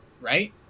Right